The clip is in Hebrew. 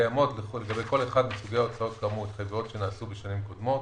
קיימות לגבי כל אחד מסוגי ההוצאות כאמור התחייבויות שנעשו בשנים קודמות,